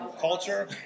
culture